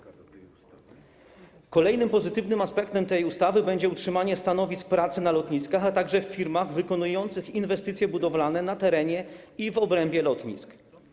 Kolejnym pozytywnym aspektem tej ustawy będzie utrzymanie stanowisk pracy na lotniskach, a także w firmach realizujących inwestycje budowlane na terenie i w obrębie lotnisk.